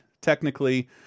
technically